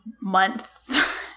month